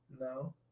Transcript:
No